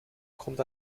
kommt